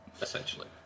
essentially